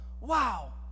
wow